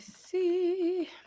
see